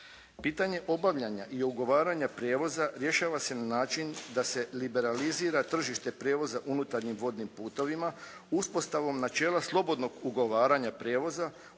Pitanje obavljanja i ugovaranja prijevoza rješava se na način da se liberalizira tržište prijevoza unutarnjim vodnim putovima, uspostavom načela slobodnog ugovaranja prijevoza